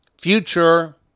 future